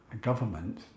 government